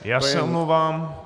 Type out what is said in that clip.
Já se omlouvám.